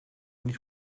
niet